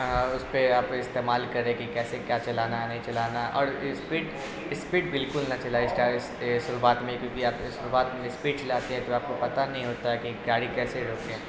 اس پہ آپ استعمال کریں کہ کیسے کیا چلانا نہیں چلانا اور اسپیڈ اسپیڈ بالکل نہ چلا اسٹارٹ شروعات میں کیونکہ آپ شروعات میں اسپیڈ چلاتے ہیں تو آپ کو پتہ نہیں ہوتا ہے کہ گاڑی کیسے روکیں